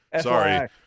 Sorry